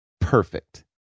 perfect